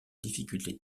difficultés